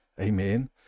Amen